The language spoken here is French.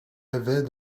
avait